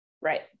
Right